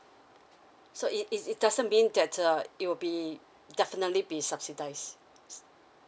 so it it it doesn't mean that uh it will be definitely be subsidised